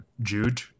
Jude